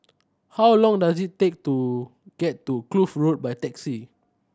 how long does it take to get to Kloof Road by taxi